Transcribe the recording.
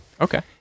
Okay